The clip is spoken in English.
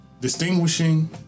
distinguishing